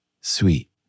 sweet